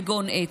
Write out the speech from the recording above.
כגון עץ,